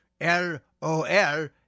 L-O-L